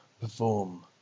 perform